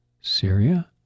Syria